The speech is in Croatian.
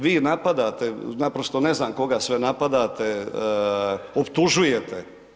Vi napadate naprosto ne znam koga sve napadate, optužujete.